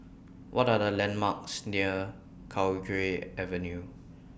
What Are The landmarks near Cowdray Avenue